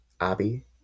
Abby